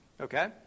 Okay